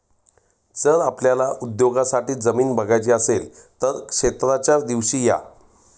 जर आपल्याला उद्योगासाठी जमीन बघायची असेल तर क्षेत्राच्या दिवशी या